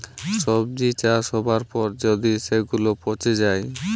সবজি চাষ হবার পর যদি সেগুলা পচে যায়